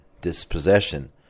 dispossession